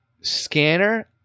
scanner